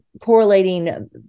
correlating